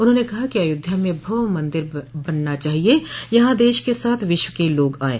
उन्होंने कहा कि अयोध्या में भव्य मंदिर बनना चाहिये यहां देश के साथ विश्व के लोग आये